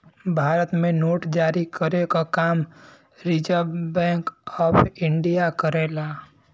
भारत में नोट जारी करे क काम रिज़र्व बैंक ऑफ़ इंडिया करेला